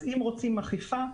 אם רוצים אכיפה,